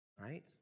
right